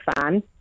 fan